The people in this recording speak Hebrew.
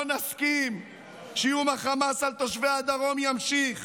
לא נסכים שאיום החמאס על תושבי הדרום יימשך.